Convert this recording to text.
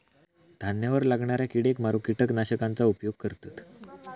धान्यावर लागणाऱ्या किडेक मारूक किटकनाशकांचा उपयोग करतत